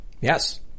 Yes